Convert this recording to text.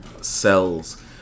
cells